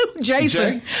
Jason